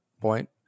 point